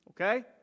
Okay